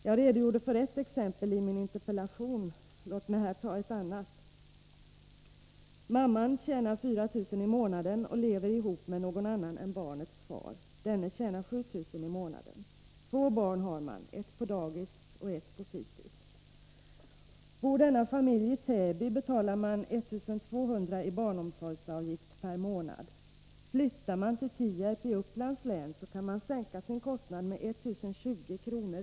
Jag redogjorde för ett exempel i min interpellation. Låt mig här ta ett annat. En mamma tjänar 4 000 kr. i månaden och bor och lever ihop med någon annan än barnets far. Denne tjänar 7 000 kr. i månaden. Två barn har man, ett på dagis och ett på fritids. Bor denna familj i Täby betalar den 1 200 kr. i barnomsorgsavgift per månad. Flyttar familjen till Tierp i Uppsala län kan den sänka barnomsorgskostnaderna med 1 020 kr.